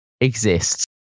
exists